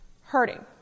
hurting